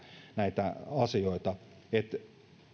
näitä asioita